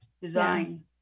design